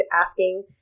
asking